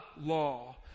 law